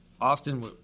Often